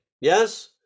yes